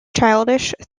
childish